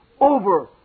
over